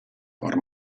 port